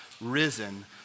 risen